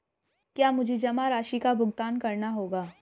क्या मुझे जमा राशि का भुगतान करना होगा?